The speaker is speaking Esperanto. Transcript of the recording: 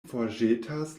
forĵetas